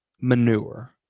manure